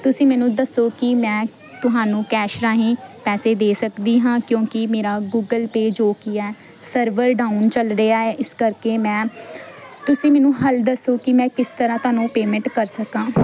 ਤੁਸੀਂ ਮੈਨੂੰ ਦੱਸੋ ਕਿ ਮੈਂ ਤੁਹਾਨੂੰ ਕੈਸ਼ ਰਾਹੀਂ ਪੈਸੇ ਦੇ ਸਕਦੀ ਹਾਂ ਕਿਉਂਕਿ ਮੇਰਾ ਗੁਗਲ ਪੇ ਜੋ ਕਿ ਹੈ ਸਰਵਰ ਡਾਊਨ ਚੱਲ ਰਿਹਾ ਹੈ ਇਸ ਕਰਕੇ ਮੈਂ ਤੁਸੀ ਮੈਨੂੰ ਹਲ ਦੱਸੋ ਕਿ ਮੈਂ ਕਿਸ ਤਰ੍ਹਾਂ ਤੁਹਾਨੂੰ ਪੇਮੈਂਟ ਕਰ ਸਕਾਂ